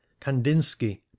kandinsky